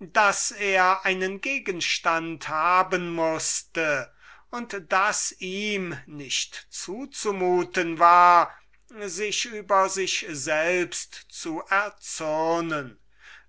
daß er einen gegenstand haben mußte und daß ihm nicht zu zumuten war sich über sich selbst zu erzürnen